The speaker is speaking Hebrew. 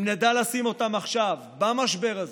אם נדע לשים אותם עכשיו, במשבר הזה,